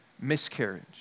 miscarriage